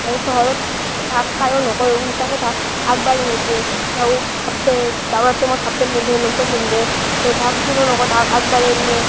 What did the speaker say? আৰু চহৰত তাহাক কায়ো নকয়ো ওলটাকে তাহাক আগবাঢ়াই হে দিয়ে তাহোক হাপপে দাউৰাৰ টাইমত হাফপেণ্ট পিন্ধে লংপেণ্ট পিন্ধে তাহাক কোনো নকয় তাহাক আগবাঢ়াই নিয়ে